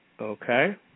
Okay